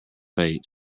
fate